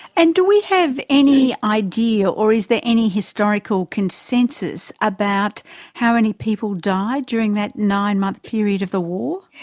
and do we have any idea or is there any historical consensus about how many people died during that nine-month period of the war?